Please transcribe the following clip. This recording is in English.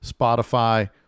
Spotify